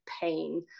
pain